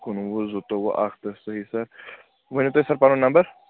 کُنوُہ زٕتووُہ اَکھ تہٕ صحیح سَر ؤنِو تُہۍ سَر پَنُن نمبر